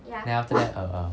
then after that err